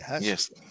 Yes